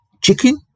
chicken